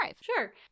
Sure